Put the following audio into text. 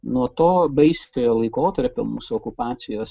nuo to baisiojo laikotarpiu mūsų okupacijos